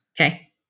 Okay